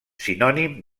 sinònim